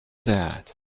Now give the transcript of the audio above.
that